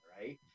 right